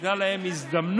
הייתה להן הזדמנות,